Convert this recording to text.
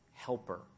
helper